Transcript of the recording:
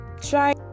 Try